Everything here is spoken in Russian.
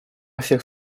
всех